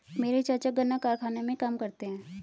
मेरे चाचा गन्ना कारखाने में काम करते हैं